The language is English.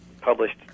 published